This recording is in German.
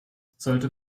sollte